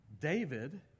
David